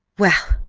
well,